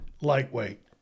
lightweight